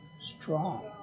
Strong